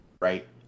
right